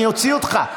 אני אוציא אותך.